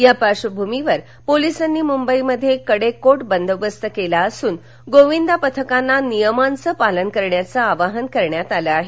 या पार्श्वभूमीवर पोलिसांनी मुंबईत कडेकोट बंदोबस्त केला असून गोविंदा पथकांना नियमांचं पालन करण्याचं आवाहन केलं आहे